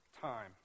time